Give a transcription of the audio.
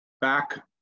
back